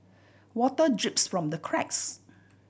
water drips from the cracks